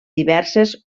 diverses